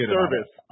service